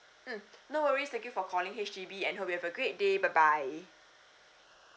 mm no worries thank you for calling H_D_B and hope you have a great day bye bye